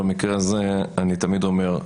במקרה הזה אני תמיד אומר,